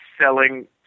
selling